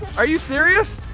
are you serious?